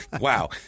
Wow